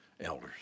elders